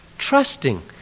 Trusting